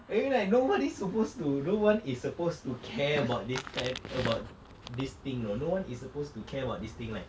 err like nobody's supposed to no one is supposed to care about this kind about this thing you know no one is supposed to care about this thing like